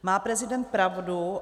Má prezident pravdu?